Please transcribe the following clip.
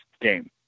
game